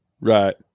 Right